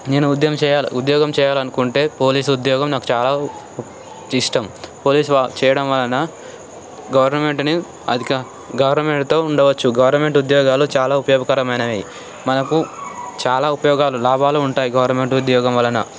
నేను ఉద్యోగం చేయాలి ఉద్యోగం చేయాలనుకుంటే పోలీసు ఉద్యోగం నాకు చాలా ఇష్టం పోలీస్ చేయడం వలన గవర్నమెంట్ని అధిక గవర్నమెంటుతో ఉండవచ్చు గవర్నమెంట్ ఉద్యోగాలు చాలా ఉపయోగకరమైనవి మనకు చాలా ఉపయోగాలు లాభాలు ఉంటాయి గవర్నమెంట్ ఉద్యోగం వలన